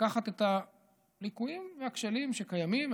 לקחת את הליקויים והקשיים שקיימים,